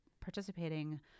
participating